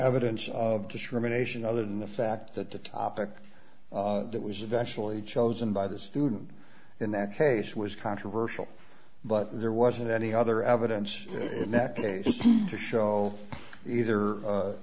evidence of discrimination other than the fact that the topic that was eventually chosen by the student in that case was controversial but there wasn't any other evidence in that case to show either